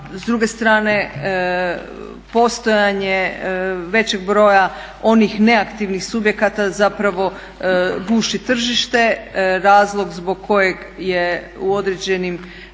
s druge strane postojanje većeg broja onih neaktivnih subjekata zapravo guši tržište. Razlog zbog kojeg je u određenim